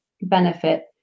benefit